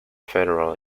federal